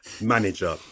manager